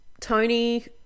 Tony